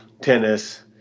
tennis